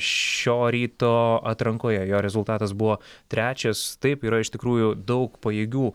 šio ryto atrankoje jo rezultatas buvo trečias taip yra iš tikrųjų daug pajėgių